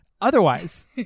otherwise